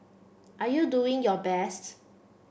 are you doing your best